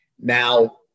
Now